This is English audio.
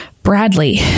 Bradley